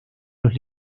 los